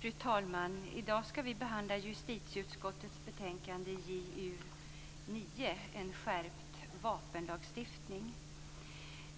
Fru talman! I dag ska vi behandla justitieutskottets betänkande JuU9, Skärpt vapenlagstiftning.